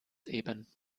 eben